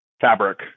fabric